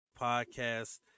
podcast